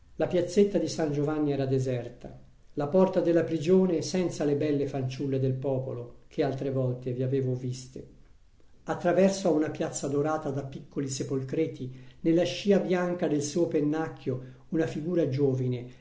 la piazzetta di s giovanni era deserta la porta della prigione senza le belle fanciulle del popolo che altre volte vi avevo viste attraverso a una piazza dorata da piccoli sepolcreti nella scia bianca del suo pennacchio una figura giovine